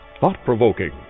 thought-provoking